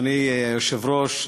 אדוני היושב-ראש,